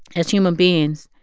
as human beings,